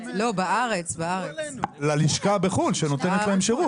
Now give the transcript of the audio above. זה ללשכה בחו"ל שנותנת להם שירות.